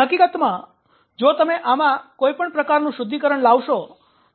અને હકીકતમાં જો તમે આમાં કોઈ પણ પ્રકારનું શુદ્ધિકરણ લાવશો